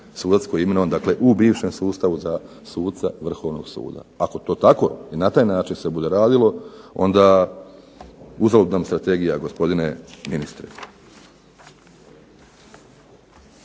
sudac koji je imenovan u bivšem sustavu za suca Vrhovnog suda. Ako se bude na taj način radilo onda uzalud nam strategija gospodine ministre.